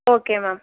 okay ma'am